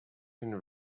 can